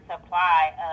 supply